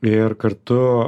ir kartu